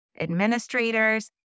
administrators